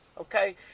okay